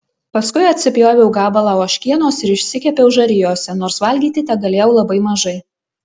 paskui atsipjoviau gabalą ožkienos ir išsikepiau žarijose nors valgyti tegalėjau labai mažai